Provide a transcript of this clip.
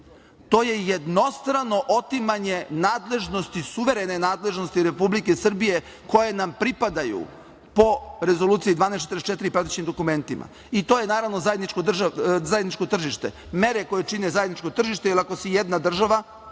To je jednostrano otimanje suverene nadležnosti Republike Srbije koje nam pripadaju po Rezoluciji 1244 i pratećim dokumentima. To je naravno zajedničko tržište, mere koje čine zajedničko tržište, jer ako si jedna država,